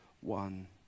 one